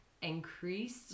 Increased